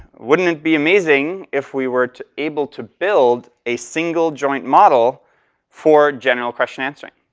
wouldn't it be amazing if we were able to build a single joint model for general question answering.